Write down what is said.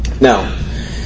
Now